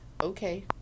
okay